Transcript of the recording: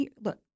look